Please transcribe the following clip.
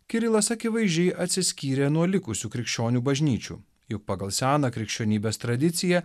kirilas akivaizdžiai atsiskyrė nuo likusių krikščionių bažnyčių juk pagal seną krikščionybės tradiciją